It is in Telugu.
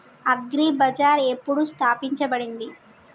అగ్రి బజార్ ఎప్పుడు స్థాపించబడింది?